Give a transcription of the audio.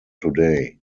today